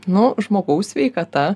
nu žmogaus sveikata